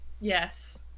Yes